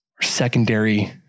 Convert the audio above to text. secondary